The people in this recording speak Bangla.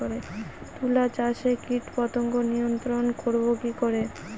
তুলা চাষে কীটপতঙ্গ নিয়ন্ত্রণর করব কি করে?